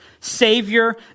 Savior